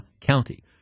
County